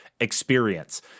experience